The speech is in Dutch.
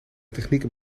technieken